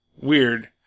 weird